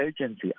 agency